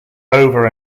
over